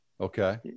Okay